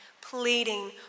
pleading